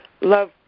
love